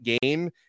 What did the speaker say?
game